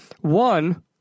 One